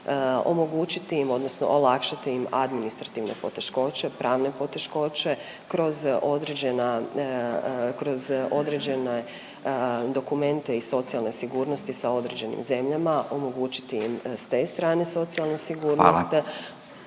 omogućiti im odnosno olakšati im administrativne poteškoće, pravne poteškoće kroz određene dokumente i socijalne sigurnosti sa određenim zemljama, omogućiti im s te strane socijalnu sigurnost